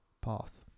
path